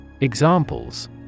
Examples